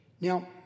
Now